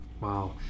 Wow